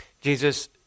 Jesus